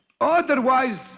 otherwise